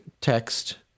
text